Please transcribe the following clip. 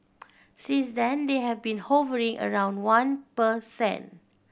since then they have been hovering around one per cent